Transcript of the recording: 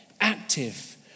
active